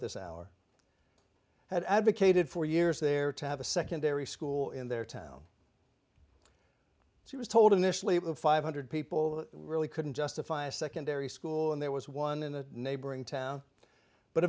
this hour had advocated for years there to have a secondary school in their town she was told initially five hundred people really couldn't justify a secondary school and there was one in a neighboring town but